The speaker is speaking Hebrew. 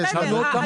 בסדר.